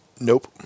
Nope